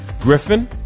Griffin